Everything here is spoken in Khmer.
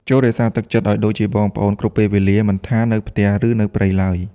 ចូររក្សាទឹកចិត្តឱ្យដូចជាបងប្អូនគ្រប់ពេលវេលា មិនថានៅផ្ទះ ឬនៅព្រៃឡើយ។